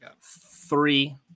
three